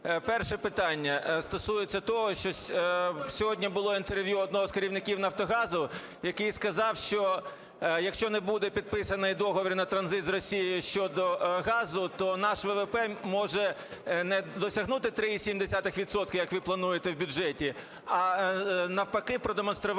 Перше питання стосується того, сьогодні було інтерв'ю одного з керівників "Нафтогазу", який сказав, що, якщо не буде підписаний договір на транзит з Росією щодо газу, то наш ВВП може не досягнути 3,7 відсотка, як ви плануєте в бюджеті, а, навпаки, продемонструвати